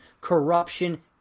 corruption